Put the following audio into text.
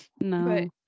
no